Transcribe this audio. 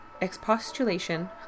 expostulation